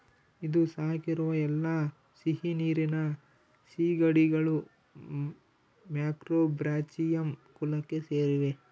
ಇಂದು ಸಾಕಿರುವ ಎಲ್ಲಾ ಸಿಹಿನೀರಿನ ಸೀಗಡಿಗಳು ಮ್ಯಾಕ್ರೋಬ್ರಾಚಿಯಂ ಕುಲಕ್ಕೆ ಸೇರಿವೆ